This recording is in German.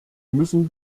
müssen